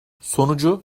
sonucu